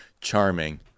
charming